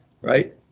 right